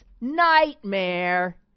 Nightmare